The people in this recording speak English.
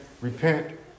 repent